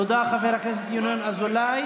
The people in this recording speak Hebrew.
תודה, חבר הכנסת ינון אזולאי.